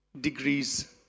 degrees